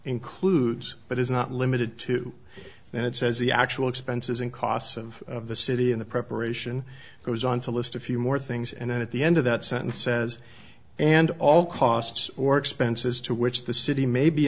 includes but is not limited to and it says the actual expenses in costs of the city in the preparation goes on to list a few more things and then at the end of that sentence says and all costs or expenses to which the city may be